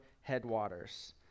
headwaters